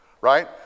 Right